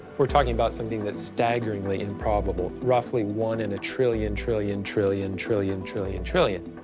we're talking about something that's staggeringly improbable, roughly one in a trillion, trillion, trillion, trillion, trillion, trillion.